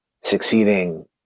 succeeding